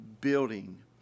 building